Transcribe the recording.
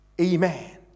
Amen